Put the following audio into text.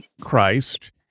Christ